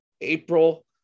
april